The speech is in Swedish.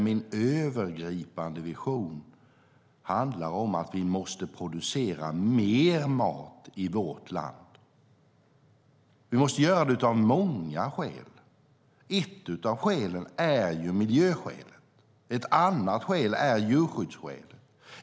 Min övergripande vision handlar om att vi måste producera mer mat i vårt land. Vi måste göra det av många skäl. Ett av skälen är miljöskälet. Ett annat skäl är djurskyddsskälet.